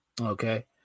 Okay